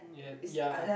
ya ya